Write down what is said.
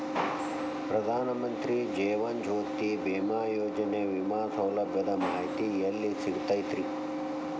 ಪ್ರಧಾನ ಮಂತ್ರಿ ಜೇವನ ಜ್ಯೋತಿ ಭೇಮಾಯೋಜನೆ ವಿಮೆ ಸೌಲಭ್ಯದ ಮಾಹಿತಿ ಎಲ್ಲಿ ಸಿಗತೈತ್ರಿ?